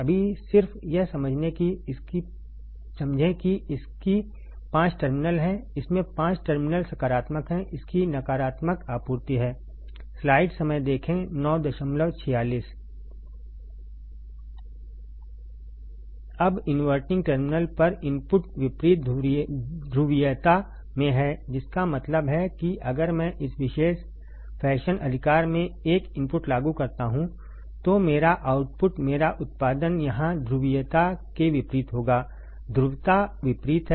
अभी सिर्फ यह समझें कि इसकी पाँच टर्मिनल हैं इसमें पाँच टर्मिनल सकारात्मक हैं इसकी नकारात्मक आपूर्ति है अब इन्वर्टिंग टर्मिनल पर इनपुट विपरीत ध्रुवीयता में है जिसका मतलब है कि अगर मैं इस विशेष फैशन अधिकार में एक इनपुट लागू करता हूं तो मेरा आउटपुट मेरा उत्पादन यहां ध्रुवीयता के विपरीत होगा ध्रुवता विपरीत है